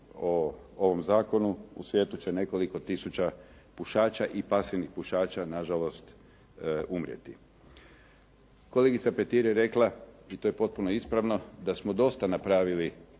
o ovom zakonu, u svijetu će nekoliko tisuća pušača i pasivnih pušača nažalost umrijeti. Kolegica Petir je rekla, i to je potpuno ispravno da smo dosta napravili